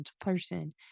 person